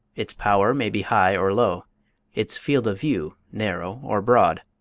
its power may be high or low its field of view narrow or broad.